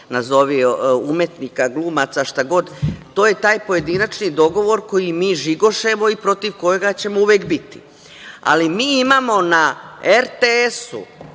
nazovi umetnika, glumaca, šta god, to je taj pojedinačni dogovor koji mi žigošemo i protiv koga ćemo uvek biti. Ali, mi imamo na RTS-u,